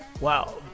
Wow